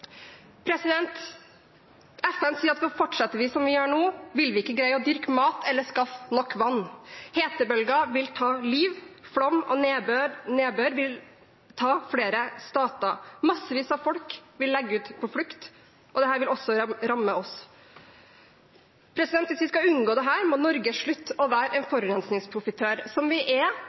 FN sier at om vi fortsetter som vi gjør nå, vil vi ikke greie å dyrke nok mat eller skaffe nok vann. Hetebølger vil ta liv, flom og nedbør vil ta flere stater. Massevis av folk vil legge ut på flukt, og dette vil også ramme oss. Hvis vi skal unngå dette, må Norge slutte å være en forurensningsprofitør, slik vi er